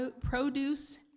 produce